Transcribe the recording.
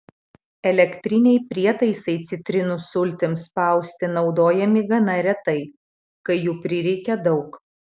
elektriniai prietaisai citrinų sultims spausti naudojami gana retai kai jų prireikia daug